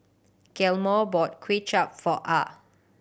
Gilmore bought Kway Chap for Ah